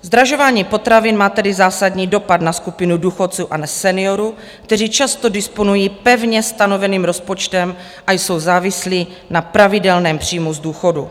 Zdražování potravin má tedy zásadní dopad na skupinu důchodců a seniorů, kteří často disponují pevně stanoveným rozpočtem a jsou závislí na pravidelném příjmu z důchodů.